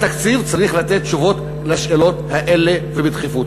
התקציב צריך לתת תשובות לשאלות האלה, ובדחיפות.